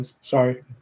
Sorry